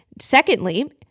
Secondly